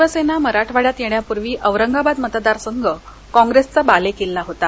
शिवसेना मराठवाड्यात येण्यापूर्वी औरंगाबाद मतदारसंघ काँप्रेस चा बालेकिल्ला होता